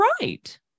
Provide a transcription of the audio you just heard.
right